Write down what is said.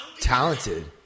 talented